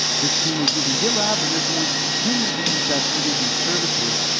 this team is using gitlab, and they're going to continue to use that for these new services.